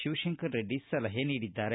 ಶಿವಶಂಕರರೆಡ್ಡಿ ಸಲಹೆ ನೀಡಿದ್ದಾರೆ